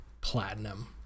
platinum